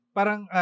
Parang